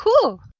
Cool